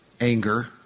anger